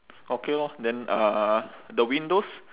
okay lor then uh the windows